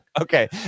Okay